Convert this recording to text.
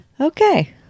Okay